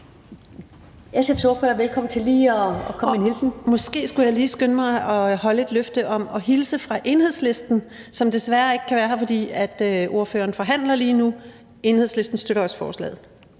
(Ordfører) Kirsten Normann Andersen (SF): Måske skulle jeg lige skynde mig at holde et løfte om at hilse fra Enhedslisten, som desværre ikke kan være her, fordi ordføreren forhandler lige nu. Enhedslisten støtter også forslaget.